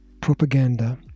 propaganda